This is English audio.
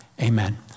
amen